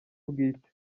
bwite